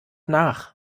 nach